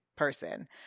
Person